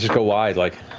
like allies like